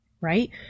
right